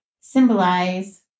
symbolize